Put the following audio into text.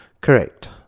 Correct